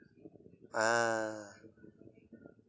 ah